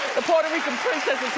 the puerto rican princess